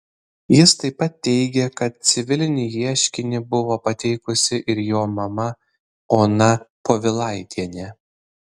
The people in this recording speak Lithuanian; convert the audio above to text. jis taip pat teigė kad civilinį ieškinį buvo pateikusi ir jo mama ona povilaitienė